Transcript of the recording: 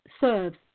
serves